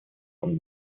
und